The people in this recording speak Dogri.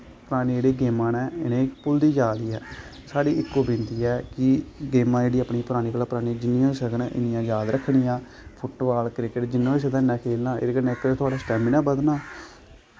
परानियां जेह्ड़ियां गेमां न इ'नें गी भुलदी जा दी ऐ साढ़ी इक्को बिनती ऐ कि गेमां जेह्ड़ी अपनी परानियें कोला परानियां जिन्ना होई सकै इन्नियां याद रक्खनियां फुट्टबॉल क्रिकेट जिन्ना होई सकै इन्ना खेलना एह्दै कन्नै थुआढ़ा सटैमना बधना